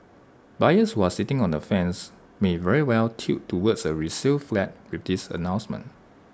buyers who are sitting on the fence may very well tilt towards A resale flat with this announcement